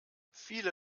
viele